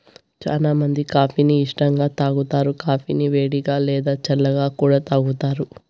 చానా మంది కాఫీ ని ఇష్టంగా తాగుతారు, కాఫీని వేడిగా, లేదా చల్లగా కూడా తాగుతారు